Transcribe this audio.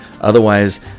Otherwise